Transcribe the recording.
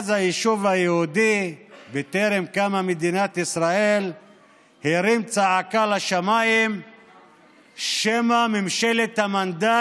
אז היישוב היהודי בטרם קמה מדינת ישראל הרים צעקה לשמיים שמא ממשלת המנדט